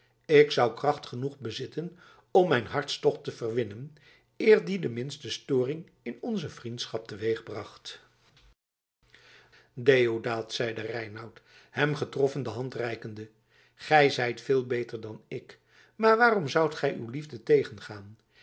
ik zou kracht genoeg bezitten om mijn hartstocht te verwinnen eer die de minste storing in onze vriendschap teweegbracht deodaat zeide reinout hem getroffen de hand reikende gij zijt veel beter dan ik maar waarom zoudt gij uw liefde tegengaan